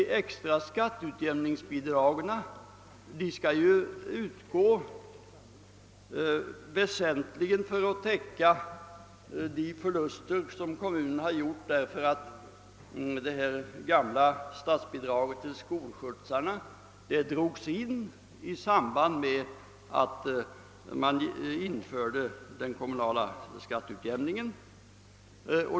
De extra skatteutjämningsbidragen skall ju utgå väsentligen för att täcka de förluster som kommunerna gjorde i och med att det gamla statsbidraget till skolskjutsarna drogs in i samband med införandet av den kommunala skatteutjämningen.